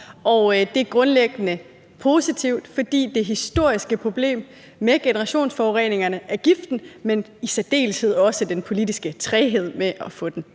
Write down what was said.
Det er grundlæggende positivt, fordi det historiske problem med generationsforureningerne er giften, men i særdeleshed også den politiske træghed med hensyn